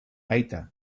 aita